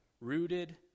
rooted